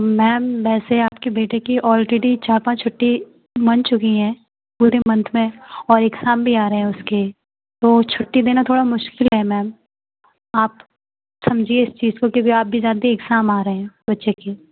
ma'am वैसे आपके बेटे की ऑलरेडी चार पाँच छुट्टी मन चुकी हैं पूरे मंथ में और एक्ज़ाम भी आ रहे हैं उसके तो छुट्टी देना थोड़ा मुश्किल है मैम आप समझिए इस चीज़ को क्योंकि आप भी जानती हैं एक्ज़ाम आ रहे हैं बच्चे के